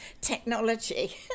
technology